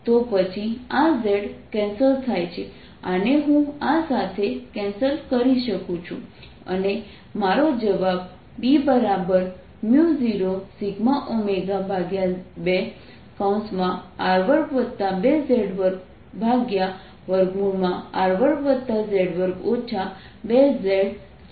તો પછી આ z કેન્સલ થાય છે આને હું આ સાથે કેન્સલ કરી શકું છું અને મારો જવાબ B0σω2 R22z2R2z2 2zછે